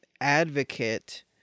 advocate